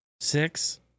six